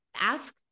ask